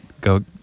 go